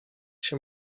się